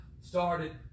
started